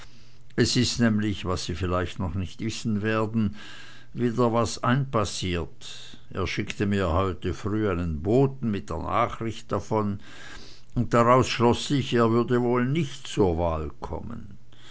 es ist nämlich was sie vielleicht noch nicht wissen werden wieder was einpassiert er schickte mir heute früh einen boten mit der nachricht davon und daraus schloß ich er würde nicht zur wahl kommen